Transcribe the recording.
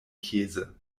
käse